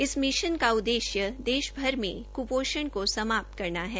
इस मिशन का उददेश्य देशभर में कृपोषण को समाप्त करना है